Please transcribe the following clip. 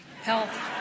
health